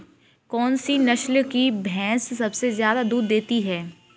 कौन सी नस्ल की भैंस सबसे ज्यादा दूध देती है?